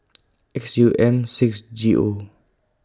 X U M six G O